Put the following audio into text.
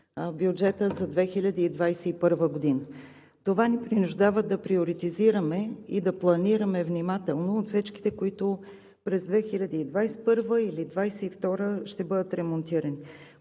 бюджета за 2021 г. Това ни принуждава да приоритизираме и да планираме внимателно отсечките, които през 2021 г. или 2022 г. ще бъдат ремонтирани.